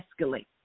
escalate